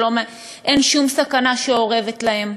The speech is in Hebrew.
שאין שום סכנה שאורבת להם.